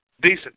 decent